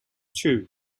two